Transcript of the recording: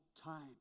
time